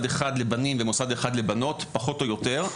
אחד לבנים ומוסד אחד לבנות פחות או יותר,